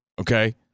Okay